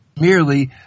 merely